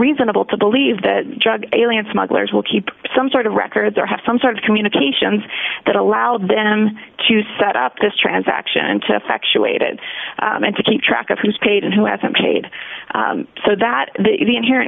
reasonable to believe that drug alien smugglers will keep some sort of records or have some sort of communications that allowed them to set up this transaction and to factual ated and to keep track of who's paid and who hasn't paid so that the inherent